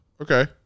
okay